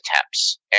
attempts